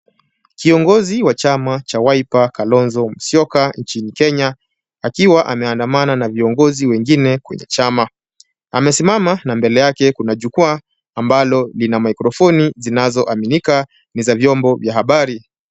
Kiongozi wa chama cha Wiper, Kalonzo Musyoka, nchini Kenya akiwa ameandamana na viongozi wengine kwenye chama, amesimama na mbele yake kuna jukwaa ambalo lina microphoni zinazoaminika ni za vyombo vya habari.